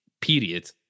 period